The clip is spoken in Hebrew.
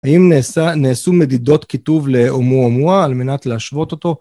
האם נעשה נעשו מדידות כיתוב לאומואמואה על מנת להשוות אותו?